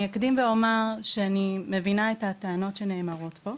אני אקדים ואומר שאני מבינה את הטענות שנאמרות פה.